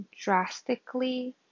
drastically